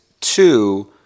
two